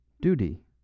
Duty